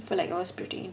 felt like I was pretty